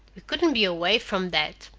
we couldn't be away from that.